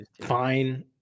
fine